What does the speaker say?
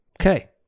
Okay